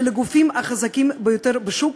של הגופים החזקים ביותר בשוק,